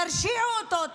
תרשיעו אותו,